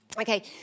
Okay